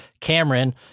Cameron